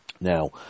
now